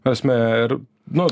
prasme ir nu